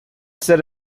said